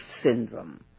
syndrome